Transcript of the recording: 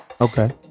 Okay